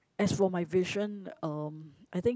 as for my vision um I think